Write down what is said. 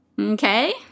Okay